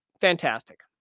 Fantastic